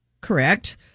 Correct